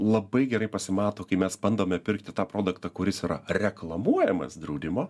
labai gerai pasimato kai mes bandome pirkti tą produktą kuris yra reklamuojamas draudimo